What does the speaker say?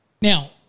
Now